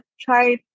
try